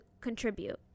contribute